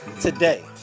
Today